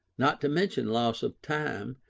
not to mention loss of time,